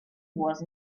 was